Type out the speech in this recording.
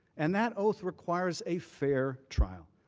and that oath requires a fair trial.